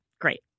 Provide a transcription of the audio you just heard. Great